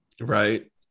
Right